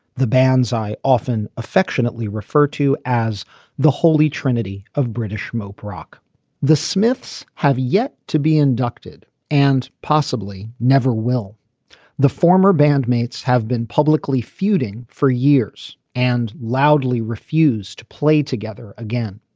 the bands i often affectionately refer to as the holy trinity of british mope rock the smiths have yet to be inducted and possibly never will the former bandmates have been publicly feuding for years and loudly refused to play together again.